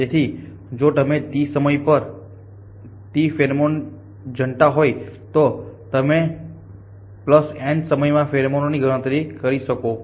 તેથી જો તમે T સમય પર t ફેરોમોન ને જનતા હોય તો તમે T n સમય માં ફેરોમોન ની ગણતરી કરી શકો છો